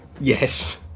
yes